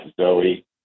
Zoe